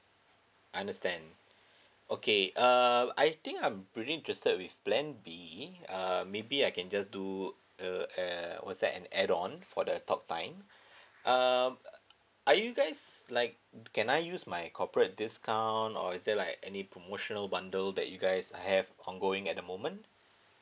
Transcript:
understand okay uh I think I'm pretty interested with plan B uh maybe I can just do you know uh what's that an add on for the talk time um are you guys like can I use my corporate discount or is there like any promotional bundle that you guys have ongoing at the moment